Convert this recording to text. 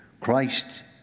Christ